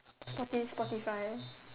Spoti~ Spotify